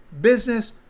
business